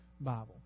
bible